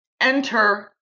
Enter